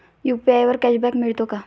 UPI वर cashback मिळतो का?